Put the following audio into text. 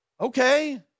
Okay